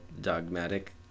dogmatic